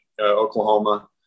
Oklahoma